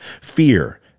fear